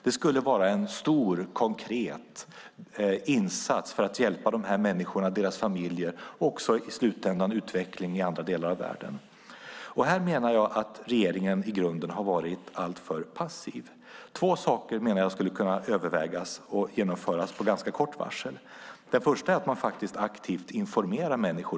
Det skulle vara en stor, konkret insats för att hjälpa dessa människor och deras familjer och även i slutändan utveckling i andra delar av världen. Här menar jag att regeringen i grunden har varit alltför passiv. Man skulle kunna överväga och genomföra två saker med ganska kort varsel. Den första är att aktivt informera människor.